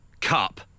Cup